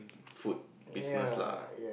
food business lah